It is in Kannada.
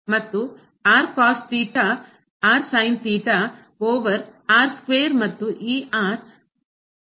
ಮತ್ತು r cos theta over square ಮತ್ತು ಈ ರದ್ದು ಗೊಳ್ಳುತ್ತದೆ